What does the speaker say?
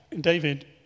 David